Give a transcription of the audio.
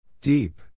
Deep